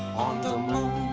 on the moon